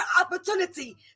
opportunity